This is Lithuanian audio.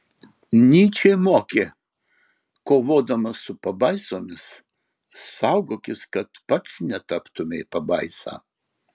nyčė mokė kovodamas su pabaisomis saugokis kad pats netaptumei pabaisa